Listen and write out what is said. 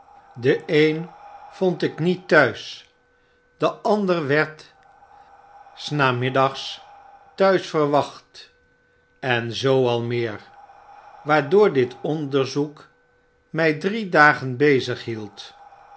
den een vond ik niet t'huis de ander werd s namiddags t'huis verwacht en zoo al meer waardoor dit onderzoek mij drie dagen